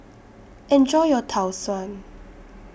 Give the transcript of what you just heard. Enjoy your Tau Suan